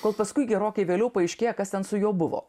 kol paskui gerokai vėliau paaiškėja kas ten su juo buvo